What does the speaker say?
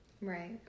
Right